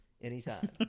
anytime